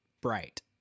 bright